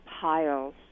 piles